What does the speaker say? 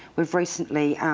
we've recently,